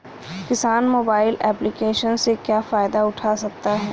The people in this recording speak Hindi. किसान मोबाइल एप्लिकेशन से क्या फायदा उठा सकता है?